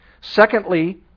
Secondly